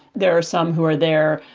there are some who are there.